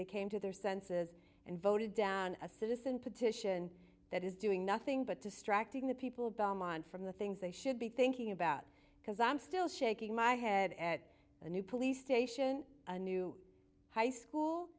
they came to their senses and voted down a citizen petition that is doing nothing but distracting the people belmont from the things they should be thinking about because i'm still shaking my head at a new police station a new high school